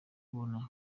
kubona